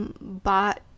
bought